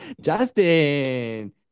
Justin